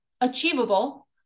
Achievable